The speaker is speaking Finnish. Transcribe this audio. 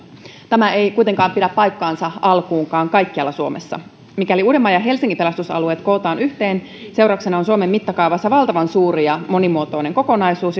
tämä ei kuitenkaan pidä paikkaansa alkuunkaan kaikkialla suomessa mikäli uudenmaan ja helsingin pelastusalueet kootaan yhteen seurauksena on suomen mittakaavassa valtavan suuri ja monimuotoinen kokonaisuus